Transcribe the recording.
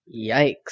Yikes